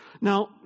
Now